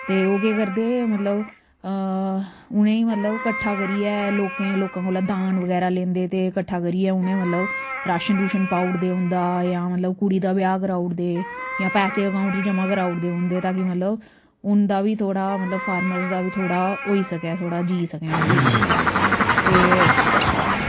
ते ओहे केह् करदे मतलव उनेईं मतलव कट्ठा करियै लोकैं लोकां कोला दान वगैरा लैंदे ते कट्ठा करियै उनैं मतलव राशन रुशन पाउड़दे उंदा यां मतलव कुड़ी दा ब्याह् कराउड़दे जां पैसे अकाउंट च जमा कराऊड़दे उंदे ता की मतलव उंदा बी थोह्ड़ा मतलव फार्मर्स दा बी थोह्ड़ा होई सकै थोह्ड़ा जी सकैं ओह् बी ते